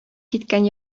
киткән